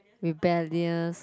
rebellious